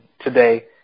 Today